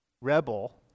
rebel